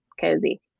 cozy